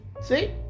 See